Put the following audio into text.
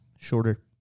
shorter